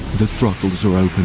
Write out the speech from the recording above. the throttles are opened,